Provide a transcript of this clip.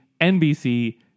NBC